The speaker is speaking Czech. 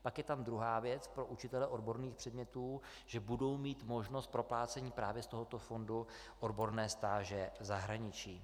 Pak je tam druhá věc pro učitele odborných předmětů, že budou mít možnost proplácení právě z tohoto fondu odborné stáže v zahraničí.